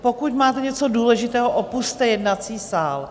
Pokud máte něco důležitého, opusťte jednací sál.